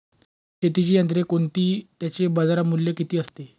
शेतीची यंत्रे कोणती? त्याचे बाजारमूल्य किती असते?